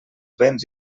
béns